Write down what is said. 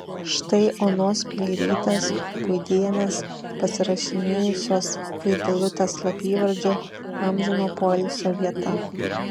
štai onos pleirytės puidienės pasirašinėjusios vaidilutės slapyvardžiu amžino poilsio vieta